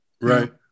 Right